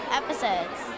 episodes